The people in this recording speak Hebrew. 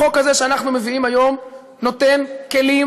החוק הזה שאנחנו מביאים היום נותן כלים